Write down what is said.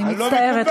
אני מצטערת.